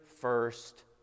first